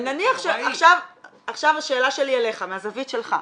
עכשיו השאלה שלי אליך מהזווית שלך.